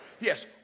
Yes